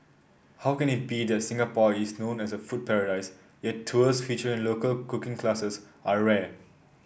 how can it be that Singapore is known as a food paradise yet tours featuring local cooking classes are rare